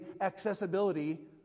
accessibility